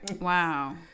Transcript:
wow